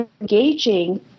engaging